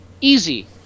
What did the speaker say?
easy